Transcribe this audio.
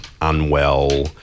unwell